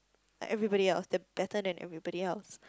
like everybody else they are better than everybody else